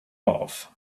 off